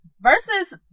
versus